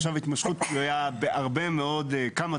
עכשיו, התמשכות תלויה בהרבה מאוד, כמה תחומים.